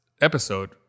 episode